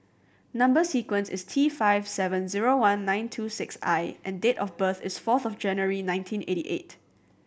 number sequence is T five seven zero one nine two six I and date of birth is fourth of January nineteen eighty eight